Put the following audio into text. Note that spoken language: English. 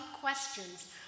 questions